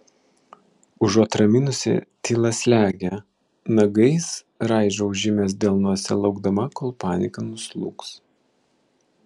užuot raminusi tyla slegia nagais raižau žymes delnuose laukdama kol panika nuslūgs